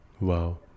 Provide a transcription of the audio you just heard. Wow